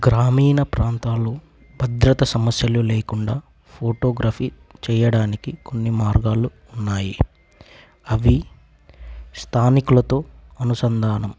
గ్రామీణ ప్రాంతాలు భద్రత సమస్యలు లేకుండా ఫోటోగ్రఫీ చేయడానికి కొన్ని మార్గాలు ఉన్నాయి అవి స్థానికులతో అనుసంధానం